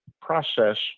Process